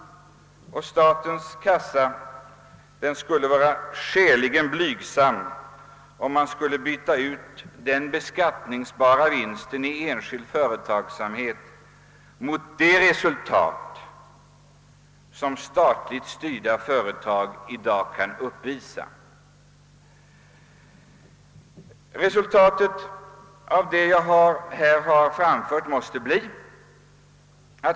Och statens kassa skulle bli skäligen blygsam, om man bytte ut den beskattningsbara vinsten i enskild företagsamhet mot de resultat som statligt styrda företag uppvisar i dag.